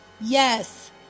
yes